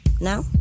Now